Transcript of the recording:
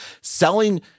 selling